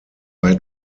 wide